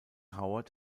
howard